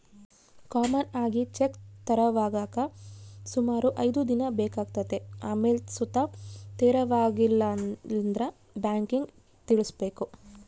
common ಆಗಿ check ತೆರವಾಗಾಕ ಸುಮಾರು ಐದ್ ದಿನ ಬೇಕಾತತೆ ಆಮೇಲ್ ಸುತ ತೆರವಾಗಿಲ್ಲಂದ್ರ ಬ್ಯಾಂಕಿಗ್ ತಿಳಿಸ್ಬಕು